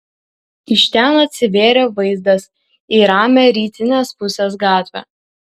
iš ten atsivėrė vaizdas į ramią rytinės pusės gatvę